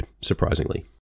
surprisingly